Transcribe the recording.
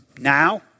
Now